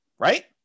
Right